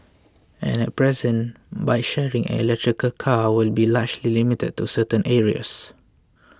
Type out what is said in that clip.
and at present bike sharing and electric car will be largely limited to certain areas